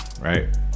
Right